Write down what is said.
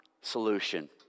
solution